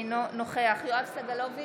אינו נוכח יואב סגלוביץ'